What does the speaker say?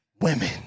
women